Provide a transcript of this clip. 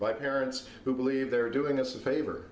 by parents who believe they are doing us a favor